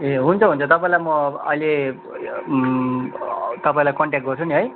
ए हुन्छ हुन्छ तपाईँलाई म अहिले तपाईँलाई कन्ट्याक्ट गर्छु नि है